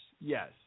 yes